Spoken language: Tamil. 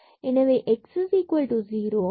எனவே x0 பூஜ்ஜியம்